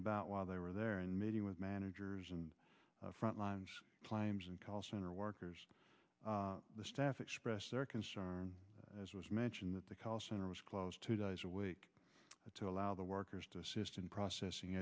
about while they were there and meeting with managers and frontlines claims and call center workers the staff expressed their concern as was mentioned that the call center was closed to days a week to allow the workers to assist in processing